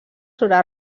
sobre